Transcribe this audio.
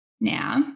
now